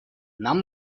нам